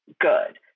good